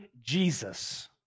Jesus